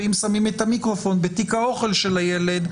ואם שמים את המיקרופון בתיק האוכל של הילד,